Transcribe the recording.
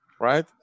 Right